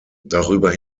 darüber